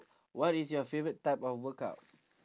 what is your favourite type of workout